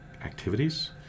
activities